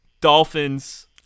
Dolphins